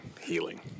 healing